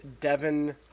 devon